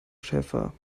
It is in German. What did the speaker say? schäfer